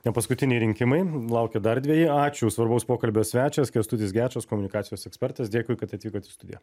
ne paskutiniai rinkimai laukia dar dveji ačiū svarbaus pokalbio svečias kęstutis gečas komunikacijos ekspertas dėkui kad atvykot į studiją